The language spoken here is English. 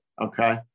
Okay